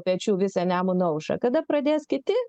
pečių visą nemuno aušrą kada pradės kiti